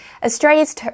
Australia's